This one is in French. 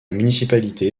municipalité